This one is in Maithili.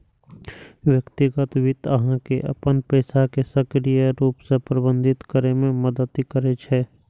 व्यक्तिगत वित्त अहां के अपन पैसा कें सक्रिय रूप सं प्रबंधित करै मे मदति करै छै